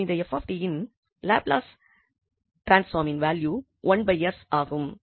மேலும் இந்த 𝑓𝑡இன் லாப்லஸ் டிரான்ஸ்பாமின் வேல்யூ ஆகும்